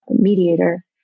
mediator